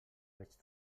vaig